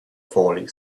falling